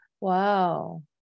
Wow